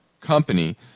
company